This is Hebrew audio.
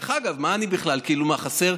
דרך אגב, מה אני בכלל, כאילו, מה חסר?